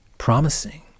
promising